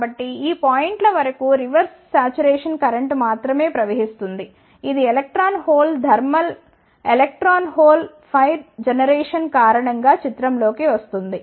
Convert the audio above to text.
కాబట్టి ఈ పాయింట్ల వరకు రివర్స్ శాచురేషన్ కరెంట్ మాత్రమే ప్రవహిస్తుంది ఇది electron hole thermal electron hole pair generation కారణం గా చిత్రం లోకి వస్తుంది